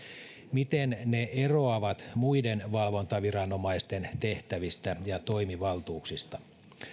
miten ne eroavat muiden valvontaviranomaisten tehtävistä ja toimivaltuuksista